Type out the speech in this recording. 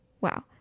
Wow